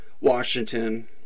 Washington